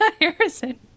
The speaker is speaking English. Harrison